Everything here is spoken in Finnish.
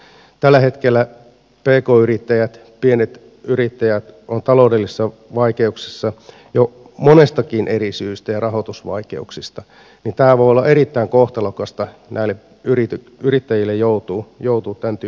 tällä hetkellä pk yrittäjät pienet yrittäjät ovat taloudellisissa vaikeuksissa ja rahoitusvaikeuksissa jo monestakin eri syystä ja voi olla erittäin kohtalokasta näille yrittäjille joutua tämäntyyppiselle listalle